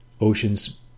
Ocean's